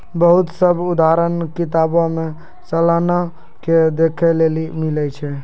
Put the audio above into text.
बहुते सभ उदाहरण किताबो मे सलाना के देखै लेली मिलै छै